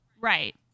Right